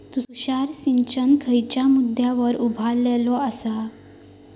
तुषार सिंचन खयच्या मुद्द्यांवर उभारलेलो आसा?